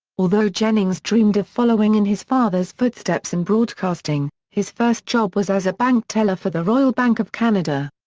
although jennings dreamed of following in his father's footsteps in broadcasting, his first job was as a bank teller for the royal bank of canada.